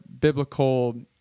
biblical